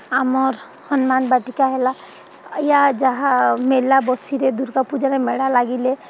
ଆମର୍ ହନୁମାନ ବାଟିକା ହେଲା ଇୟା ଯାହା ମେଲା ବସିରେ ଦୁର୍ଗା ପୂଜାରେ ମେଳା ଲାଗିଲେ